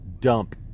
dump